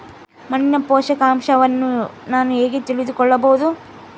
ಮಣ್ಣಿನ ಪೋಷಕಾಂಶವನ್ನು ನಾನು ಹೇಗೆ ತಿಳಿದುಕೊಳ್ಳಬಹುದು?